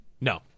No